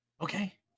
Okay